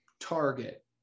Target